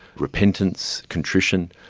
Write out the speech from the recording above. repentance, contrition,